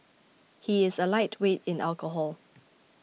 he is a lightweight in alcohol